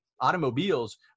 automobiles